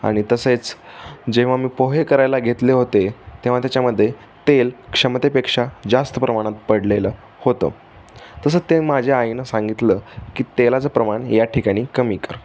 आणि तसेच जेव्हा मी पोहे करायला घेतले होते तेव्हा त्याच्यामध्ये तेल क्षमतेपेक्षा जास्त प्रमाणात पडलेलं होतं तसंच ते माझ्या आईनं सांगितलं की तेलाचं प्रमाण या ठिकाणी कमी कर